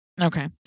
Okay